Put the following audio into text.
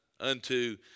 unto